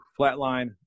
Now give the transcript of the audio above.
Flatline